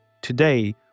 Today